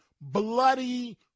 bloody